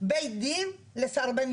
בית דין לסרבנים'.